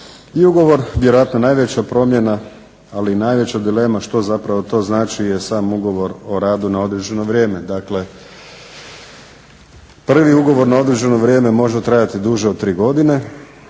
I ugovor, vjerojatno najveća promjena, ali i najveća dilema što zapravo to znači je sam ugovor o radu na određeno vrijeme. Dakle prvi ugovor na određeno vrijeme može trajati duže od 3 godine,